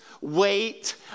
wait